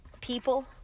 people